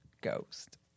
ghost